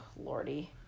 lordy